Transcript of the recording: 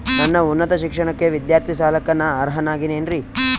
ನನ್ನ ಉನ್ನತ ಶಿಕ್ಷಣಕ್ಕ ವಿದ್ಯಾರ್ಥಿ ಸಾಲಕ್ಕ ನಾ ಅರ್ಹ ಆಗೇನೇನರಿ?